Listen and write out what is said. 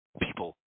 People